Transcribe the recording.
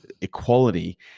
equality